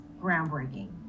groundbreaking